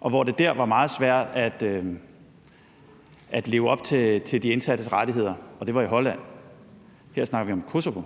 og hvor det dér var meget svært at leve op til at overholde de indsattes rettigheder, og det var i Holland. Her snakker vi om Kosovo,